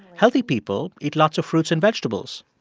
healthy people eat lots of fruits and vegetables.